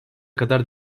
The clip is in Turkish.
kadar